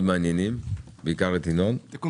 נושאים מעניינים מאוד, בעיקר את ינון, גם תיקון